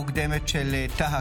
התשפ"ג 2023,